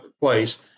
place